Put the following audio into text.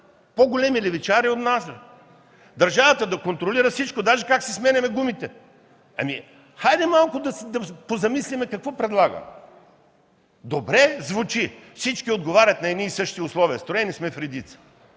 по-големи левичари от нас! Държавата да контролира всичко, даже как си сменяме гумите! Хайде малко да се позамислим какво предлагаме. Добре звучи – всички отговарят на едни и същи условия, строени сме в редици.